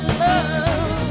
love